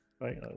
Right